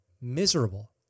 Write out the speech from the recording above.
miserable